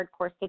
hardcore